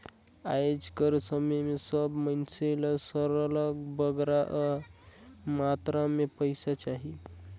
आएज कर समे में सब मइनसे ल सरलग बगरा मातरा में पइसा चाही